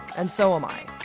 and so am i.